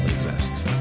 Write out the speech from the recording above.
exists,